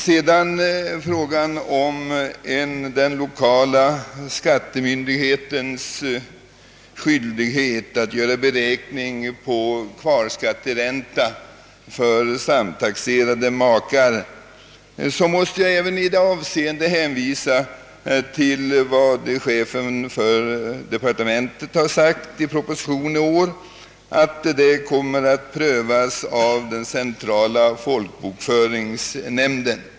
I fråga om den lokala skattemyndighetens skyldighet att göra beräkning av kvarskatteränta för samtaxerade makar måste jag hänvisa till vad departementschefen har sagt i proposition i år, nämligen att det kommer att prövas av den centrala folkbokföringsnämnden.